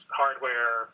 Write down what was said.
hardware